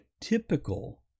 typical